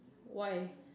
why